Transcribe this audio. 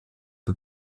peu